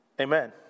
amen